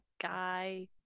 guy